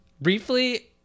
briefly